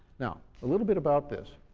now a little bit about this.